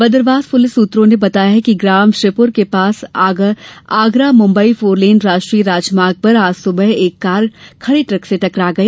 Badarwas police सूत्रों ने बताया कि ग्राम श्रीपुर के पास आगरा मुंबई फोरलेन राष्ट्रीय राजमार्ग पर आज सुबह एक कार खड़े द्रक से टकरा गई